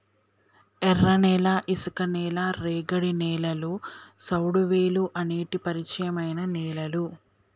ఎర్రనేల, ఇసుక నేల, రేగడి నేలలు, సౌడువేలుఅనేటి పరిచయమైన నేలలు